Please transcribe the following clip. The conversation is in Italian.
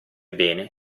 bene